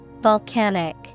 Volcanic